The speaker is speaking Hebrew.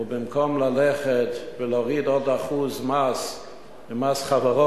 ובמקום ללכת ולהוריד עוד 1% ממס החברות,